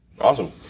Awesome